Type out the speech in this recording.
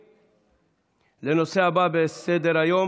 מי לא הסכים לוועדת הרווחה?